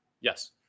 Yes